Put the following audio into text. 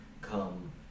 come